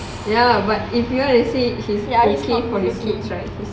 ya but if you want to say he for his looks right